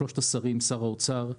שלושת השרים שר האוצר,